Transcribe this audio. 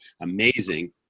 amazing